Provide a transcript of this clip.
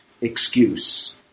excuse